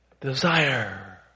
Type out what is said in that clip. desire